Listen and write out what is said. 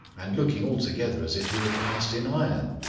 and looking altogether as if he were cast in iron.